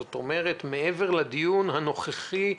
זאת אומרת שמעבר לדיון הנוכחי,